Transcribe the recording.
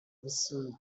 whistles